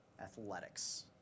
Athletics